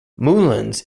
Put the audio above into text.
moulins